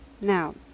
now